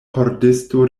pordisto